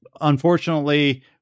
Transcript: unfortunately